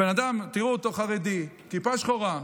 הבן אדם, תראו אותו חרדי, כיפה שחורה,